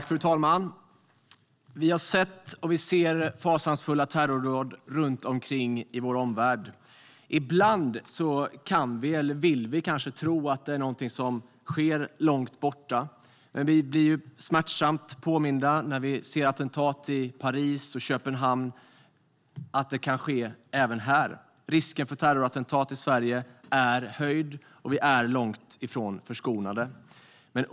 Fru talman! Vi har sett och vi ser fasansfulla terrordåd runt omkring i vår omvärld. Ibland kan eller vill vi kanske tro att det är någonting som sker långt borta. Men vi blir smärtsamt påminda när vi ser attentat i Paris och Köpenhamn. Det kan ske även här. Risken för terrorattentat i Sverige är höjd, och Sverige är långt ifrån förskonat.